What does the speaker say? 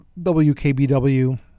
WKBW